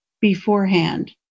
beforehand